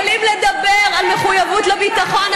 יכולים לדבר על מחויבות לביטחון,